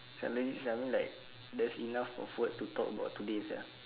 suddenly I mean like there's enough of word to talk about today sia